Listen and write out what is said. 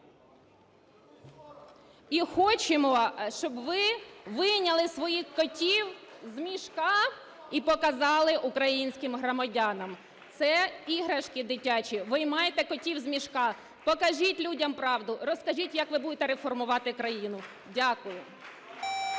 і хочемо, щоб ви вийняли своїх котів з мішка і показали українським громадянам. Це іграшки дитячі. Виймайте котів з мішка, покажіть людям правду. Розкажіть, як ви будете реформувати країну. Дякую.